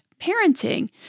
parenting